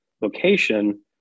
location